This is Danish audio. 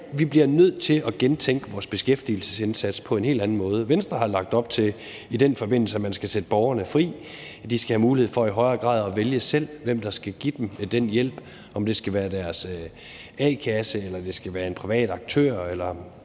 vi bliver nødt til at gentænke vores beskæftigelsesindsats på en helt anden måde. Venstre har i den forbindelse lagt op til, at man skal sætte borgerne fri, at de i højere grad skal have mulighed for selv at vælge, hvem der skal give dem den hjælp, om det skal være deres a-kasse, om det skal være en privat aktør, eller